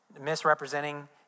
misrepresenting